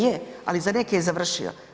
Je, ali za neke je završio.